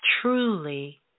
truly